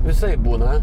visaip būna